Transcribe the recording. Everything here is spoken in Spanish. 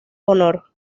honor